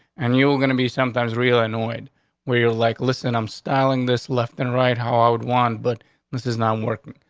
and you're gonna be sometimes really annoyed were like, listen, i'm styling this left and right how i would want but this is not working.